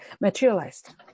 materialized